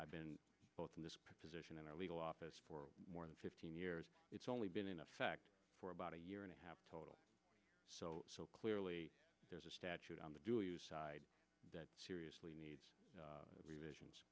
i've been in this position in our legal office for more than fifteen years it's only been in effect for about a year and a half total so so clearly there's a statute on the dual use that seriously needs revisions